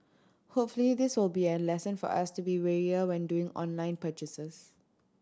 hopefully this will be a lesson for us to be warier when doing online purchases